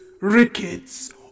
rickets